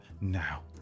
now